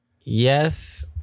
yes